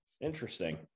Interesting